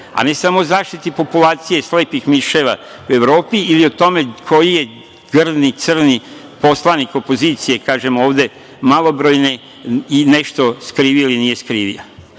a ne samo o zaštiti populacije slepih miševa u Evropi ili o tome koji je grdni crni poslanik opozicije, kažem ovde malobrojne, nešto skrivio ili nije skrivio. Na